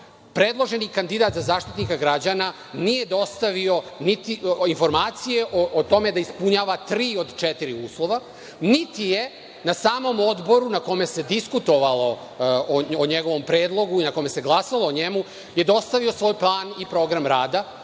predloženi kandidat za Zaštitnika građana nije dostavio niti informacije o tome da ispunjava tri od četiri uslova, niti je na samom Odboru na kome se diskutovalo o njegovom predlogu i o kome se glasalo o njemu, nije dostavo svoj plan i program rada,